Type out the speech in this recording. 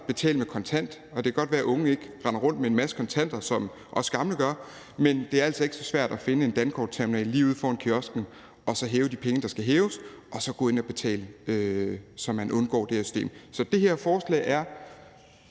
betale kontant. Det kan godt være, at unge ikke render rundt med en masse kontanter, som vi gamle gør, men det er altså ikke så svært at finde en dankortterminal lige ude foran kiosken, hæve de penge, der skal hæves, og så gå ind og betale, så man undgår det her system. Så det her forslag har